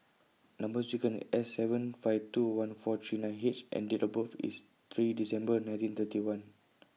Number sequence S seven five two one four three nine H and Date of birth IS three December nineteen thirty one